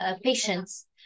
patients